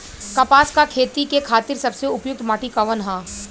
कपास क खेती के खातिर सबसे उपयुक्त माटी कवन ह?